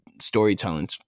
storytelling